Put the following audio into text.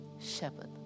shepherd